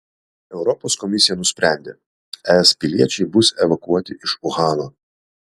europos komisija nusprendė es piliečiai bus evakuoti iš uhano